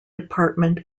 department